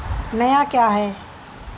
نیا کیا ہے